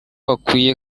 hakwiye